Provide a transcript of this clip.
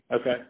Okay